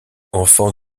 enfant